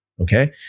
Okay